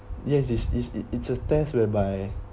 yes is is it it's a test whereby